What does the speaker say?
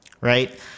Right